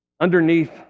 Underneath